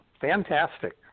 Fantastic